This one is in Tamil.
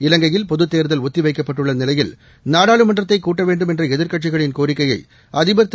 இலங்கையில் பொதுத் தேர்தல் ஒத்தி வைக்கப்பட்டுள்ள நிலையில் நாடாளுமன்றத்தை கூட்ட வேண்டும் என்ற எதிர்க்கட்சிகளின் கோரிக்கையை அதிபர் திரு